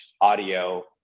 audio